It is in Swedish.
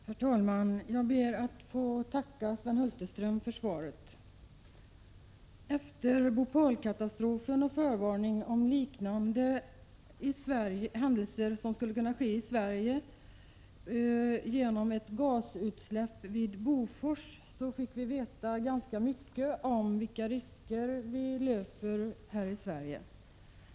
Herr talman! Jag ber att få tacka Sven Hulterström för svaret. Efter Bhopal-katastrofen och förvarningar om att liknande händelser skulle kunna inträffa i Sverige genom ett gasutsläpp vid Bofors, fick vi veta ganska mycket om vilka risker som vi löper här i Sverige.